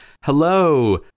Hello